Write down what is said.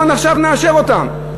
בואו עכשיו נאשר אותם.